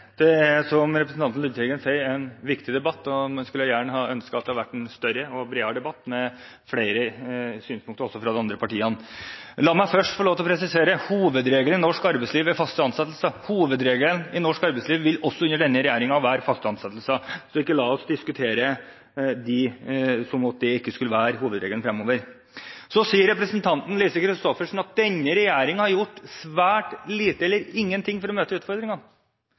større og bredere debatt, med flere synspunkter også fra de andre partiene. La meg først få lov til å presisere: Hovedregelen i norsk arbeidsliv vil også under denne regjeringen være faste ansettelser, så ikke la oss diskutere som om det ikke skulle være hovedregelen fremover. Representanten Lise Christoffersen sier at denne regjering har gjort svært lite eller ingenting for å møte utfordringene.